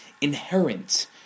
inherent